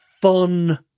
fun